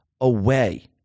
away